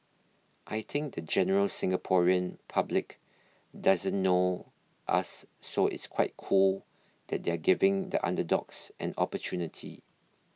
I think the general Singaporean public doesn't know us so it's quite cool that they're giving the underdogs an opportunity